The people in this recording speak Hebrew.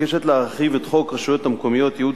מבקשת להרחיב את חוק הרשויות המקומיות (ייעוד